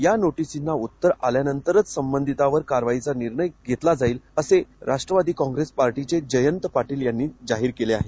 या नोटीशीचं उत्तर आल्यानंतरच संबंधितांवरच कारवाईचा निर्णय घेतला जाईल असं राष्ट्रवादी कॉप्रेसचे जयंत पाटील यांनी जाहीर केले आहे